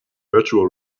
virtual